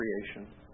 creation